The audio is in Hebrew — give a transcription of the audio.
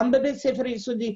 גם בבית ספר יסודי,